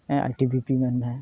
ᱟᱭ T B P ᱢᱮᱱᱢᱮ